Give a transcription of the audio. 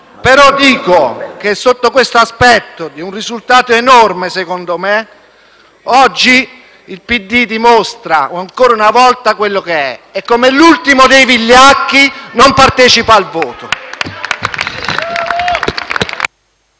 Dico che, sotto questo aspetto, abbiamo ottenuto un risultato enorme, secondo me. Oggi il PD dimostra ancora una volta quello che è e, come l'ultimo dei vigliacchi, non partecipa al voto.